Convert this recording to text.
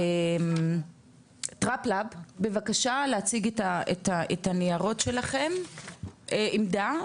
בבקשה להציג את הניירות העמדה שלכם,